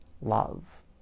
love